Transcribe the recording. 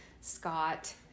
Scott